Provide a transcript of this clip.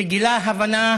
שגילה הבנה